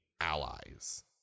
allies